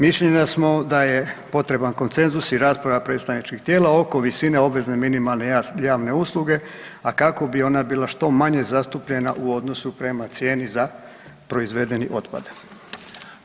Mišljenja samo da je potreban konsenzus i rasprava predstavničkih tijela oko visine obvezne minimalne javne usluge, a kako bi ona bila što manje zastupljena u odnosu prema cijeni za proizvedeni otpad.